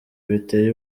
biteye